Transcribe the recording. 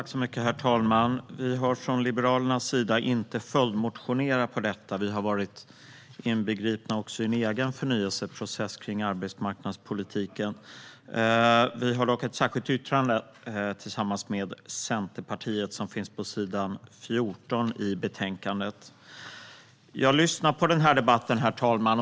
Herr talman! Vi har från Liberalernas sida inte väckt följdmotioner i detta ärende. Vi har varit inbegripna i en egen förnyelseprocess i frågor om arbetsmarknadspolitiken. Dock har vi ett särskilt yttrande tillsammans med Centerpartiet, på s. 14 i betänkandet. Jag har lyssnat på debatten, herr talman.